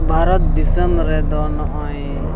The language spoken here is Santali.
ᱵᱷᱟᱨᱚᱛ ᱫᱤᱥᱚᱢ ᱨᱮᱫᱚ ᱱᱚᱜᱼᱚᱭ